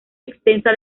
extensa